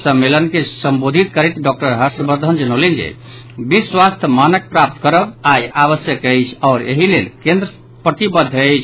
सम्मेलन के संबोधित करैत डॉक्टर हर्षवर्द्वन जनौलनि जे विश्व स्वास्थ्य मानक प्राप्त करब आई आवश्यक अछि आओर एहि लेल केन्द्र प्रतिबद्ध अछि